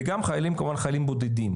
וגם חיילים, כמובן חיילים בודדים.